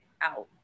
out